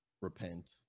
repent